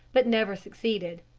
but never succeeded.